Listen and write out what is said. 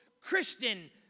Christian